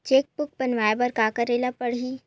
Cheque book बनवाय बर का करे ल पड़हि?